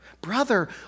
Brother